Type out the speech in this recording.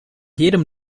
jedem